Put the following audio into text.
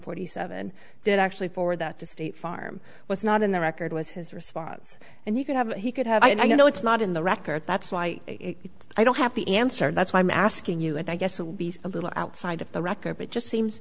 forty seven did actually forward that to state farm was not in the record was his response and you could have he could have i don't know it's not in the record that's why i don't have the answer that's why i'm asking you and i guess it would be a little outside of the record but just seems